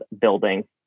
building